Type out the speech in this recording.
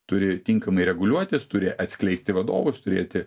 turi tinkamai reguliuotis turi atskleisti vadovus turėti